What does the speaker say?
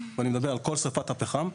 ואני מדבר על כל שריפת הפחם,